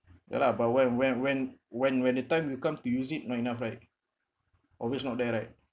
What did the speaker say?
ya lah but when when when when when the time you come to use it not enough right always not there right